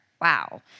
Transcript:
Wow